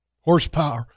horsepower